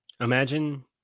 Imagine